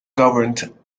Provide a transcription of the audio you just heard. governed